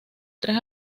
tres